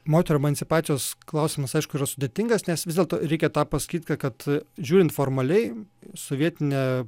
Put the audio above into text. moterų emancipacijos klausimas aišku yra sudėtingas nes vis dėlto reikia tą pasakyti kad žiūrint formaliai sovietinė